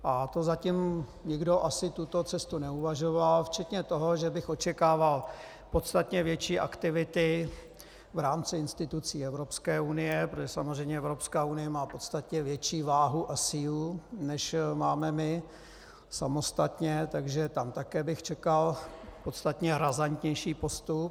A to zatím nikdo asi o této cestě neuvažoval, včetně toho, že bych očekával podstatně větší aktivity v rámci institucí Evropské unie, protože samozřejmě Evropská unie má podstatně větší váhu a sílu, než máme my samostatně, takže tam také bych čekal podstatně razantnější postup.